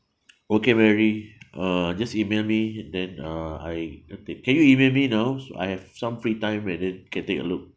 okay mary uh just email me then uh I update can you email me now so I have some free time and then can take a look